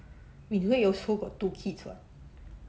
min hui also got two kids [what]